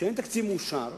כשאין תקציב מאושר,